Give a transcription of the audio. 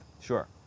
Sure